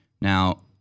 Now